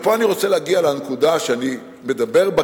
ופה אני רוצה להגיע לנקודה שאני מדבר בה,